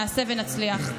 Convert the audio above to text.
נעשה ונצליח.